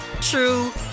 true